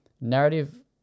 narrative